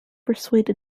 persuade